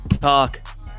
talk